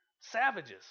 savages